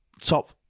Top